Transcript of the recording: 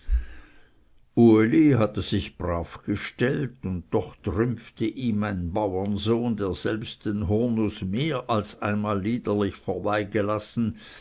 uli hatte sich brav gestellt und doch trümpfte ihn ein baurensohn der selbst den hurnuß mehr als einmal liederlich